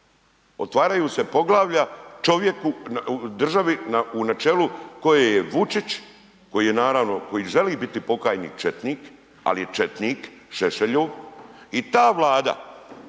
otvaraju se poglavlja čovjeku u državi na čelu koje je Vučić, koji je naravno koji želi biti pokajnik četnik, ali je četnik Šešelju i ta Vlada